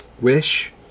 Wish